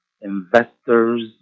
investors